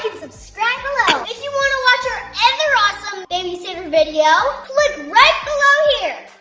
subscribe below! if you wanna watch our other awesome babysitter video click right below here!